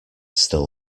still